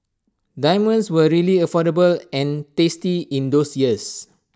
diamonds were really affordable and tasty in those years